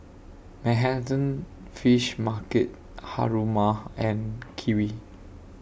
Manhattan Fish Market Haruma and Kiwi